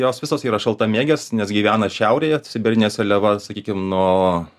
jos visos yra šaltamėgės nes gyvena šiaurėje sibirinė seliava sakykim nuo